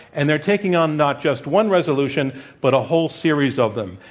and they're taking on not just one resolution, but a whole series of them.